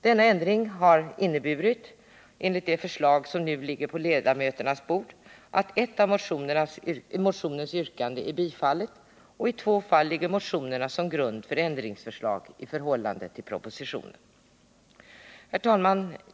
Den har inneburit — enligt det förslag som nu ligger på ledamöternas bord — att ett av motionsyrkandena är bifallet och att motionen i två fall ligger till grund för ändringsförslag i förhållande till propositionen. Herr talman!